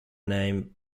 name